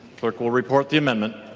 clerk will report the amendment.